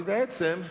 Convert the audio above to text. אבל בעצם,